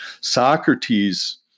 Socrates